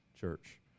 Church